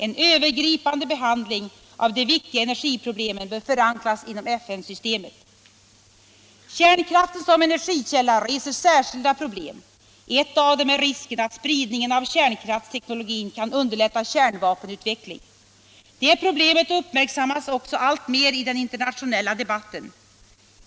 En övergripande behandling av de viktiga energiproblemen bör förankras inom FN-systemet. Kärnkraften som energikälla reser särskilda problem. Ett av dem är risken att spridningen av kärnkraftsteknologin kan underlätta kärnvapenutveckling. Det problemet uppmärksammas också alltmer i den in ternationella debatten.